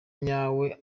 nyawe